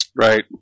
Right